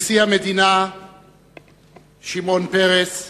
נשיא המדינה שמעון פרס,